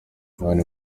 mani